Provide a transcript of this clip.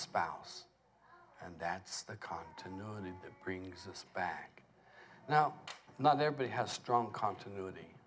spouse and that's the continuity that brings us back now not everybody has strong continuity